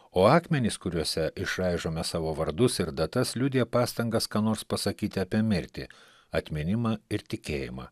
o akmenys kuriuose išraižome savo vardus ir datas liudija pastangas ką nors pasakyti apie mirtį atminimą ir tikėjimą